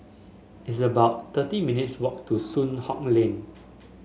it's about thirty minutes' walk to Soon Hock Lane